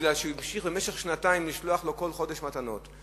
כי הוא המשיך במשך שנתיים לשלוח לו כל חודש מתנות.